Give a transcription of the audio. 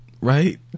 Right